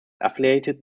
affiliated